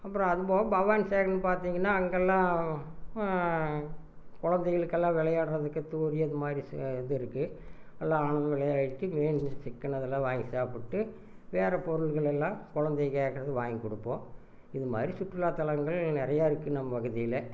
அப்புறம் அது போக பவானிசேகர்னு பார்த்திங்கன்னா அங்கெல்லாம் குழந்தைகளுக்கு எல்லாம் விளையாடுறதுக்கு தூரி அது மாதிரி இது இருக்கு எல்லா ஆனந்தமாக விளையாடிகிட்டு மீன் சிக்கன் அதெல்லாம் வாங்கி சாப்பிட்டு வேறு பொருள்கள் எல்லாம் குழந்தைங்க கேட்குறது வாங்கி கொடுப்போம் இது மாதிரி சுற்றுலா தலங்கள் நிறையா இருக்கு நம்ம பகுதியில்